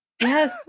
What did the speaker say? yes